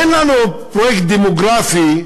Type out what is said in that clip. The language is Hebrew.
אין לנו פרויקט דמוגרפי,